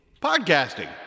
Podcasting